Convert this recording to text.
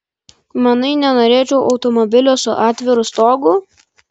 manai nenorėčiau automobilio su atviru stogu